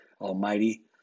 Almighty